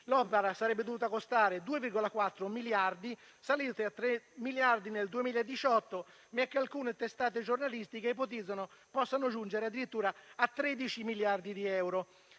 L'opera sarebbe dovuta costare 2,4 miliardi di euro, ma sono saliti a 3 miliardi nel 2018; alcune testate giornalistiche ipotizzano che si possa giungere addirittura a 13 miliardi di euro.